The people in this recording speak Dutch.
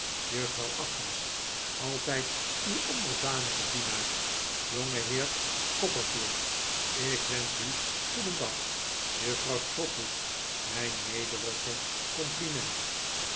juffrouw agnes altijd uw onderdanige dienaar jongeheer copperfield ik wensch u goedendag juffrouw trotwood mijn nederige compliment